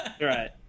right